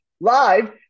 live